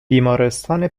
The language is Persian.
بیمارستان